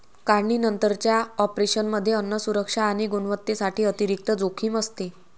काढणीनंतरच्या ऑपरेशनमध्ये अन्न सुरक्षा आणि गुणवत्तेसाठी अतिरिक्त जोखीम असते